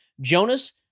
Jonas